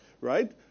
right